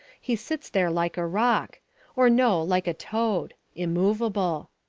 he sits there like a rock or, no, like a toad immovable.